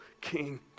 King